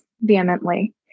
vehemently